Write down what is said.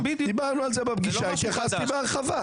דיברנו על זה בפגישה והתייחסתי לזה בהרחבה.